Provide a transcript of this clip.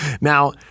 Now